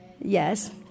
Yes